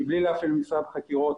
מבלי להפעיל משרד חקירות,